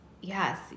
yes